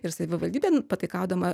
ir savivaldybė pataikaudama